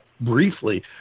briefly